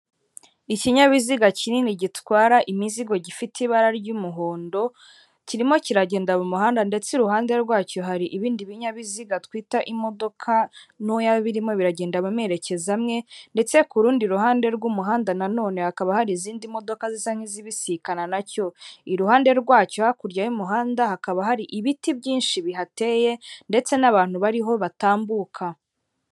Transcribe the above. Ikinyabiziga kinini gitwara imizigo gifite ibara ry'umuhondo, kirimo kiragenda mu muhanda ndetse iruhande rwacyo hari ibindi binyabiziga twita imodoka ntoya birimo biragenda mu merekezo amwe ndetse ku rundi ruhande rw'umuhanda na none hakaba hari izindi modoka zisa nk'izibisikana na cyo. Iruhande rwacyo hakurya y'umuhanda hakaba hari ibiti byinshi bihateye ndetse n'abantu bariho batambuka.